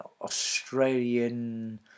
Australian